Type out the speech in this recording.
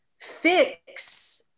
fix